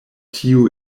tiu